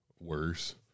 worse